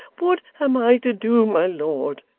what am i to do, my lord?